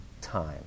time